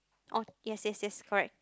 orh yes yes yes correct